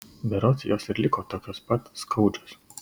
berods jos ir liko tokios pat skaudžios